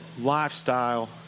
lifestyle